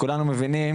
כולנו מבינים,